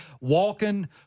walking